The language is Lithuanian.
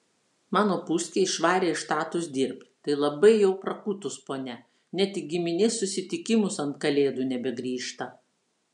mano puskė išvarė į štatus dirbt tai labai jau prakutus ponia net į giminės susitikimus ant kalėdų nebegrįžta